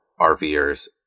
RVers